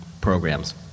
programs